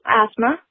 asthma